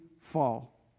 fall